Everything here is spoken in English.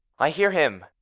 i hear him!